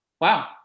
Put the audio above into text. wow